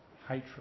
hatred